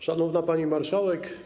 Szanowna Pani Marszałek!